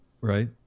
right